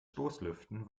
stoßlüften